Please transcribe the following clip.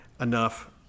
enough